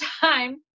time